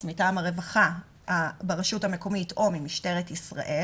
מטעם הרווחה ברשות המקומית או ממשטרת ישראל.